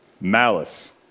malice